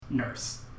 Nurse